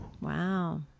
Wow